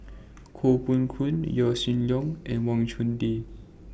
Koh Poh Koon Yaw Shin Leong and Wang Chunde